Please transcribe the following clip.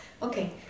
Okay